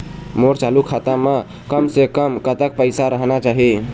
मोर चालू खाता म कम से कम कतक पैसा रहना चाही?